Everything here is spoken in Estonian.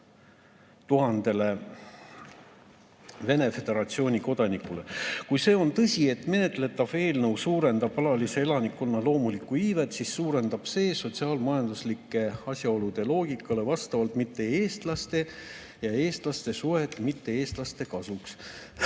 ja 80 000 Vene Föderatsiooni kodanikule. Kui see on tõsi, et menetletav eelnõu suurendab alalise elanikkonna loomulikku iivet, siis suurendab see sotsiaalmajanduslike asjaolude loogikale vastavalt mitte-eestlaste ja eestlaste suhet mitte-eestlaste kasuks.